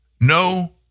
No